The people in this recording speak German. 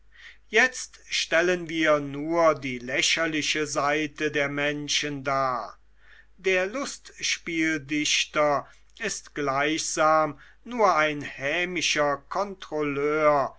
jetzt stellen wir nur die lächerliche seite der menschen dar der lustspieldichter ist gleichsam nur ein hämischer kontrolleur